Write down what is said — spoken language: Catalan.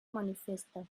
manifesta